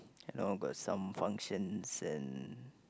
I know got some functions and